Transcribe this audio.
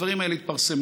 הדברים האלה התפרסמו.